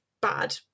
bad